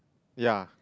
ya